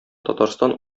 татарстан